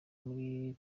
muri